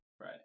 Right